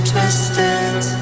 Twisted